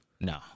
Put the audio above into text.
No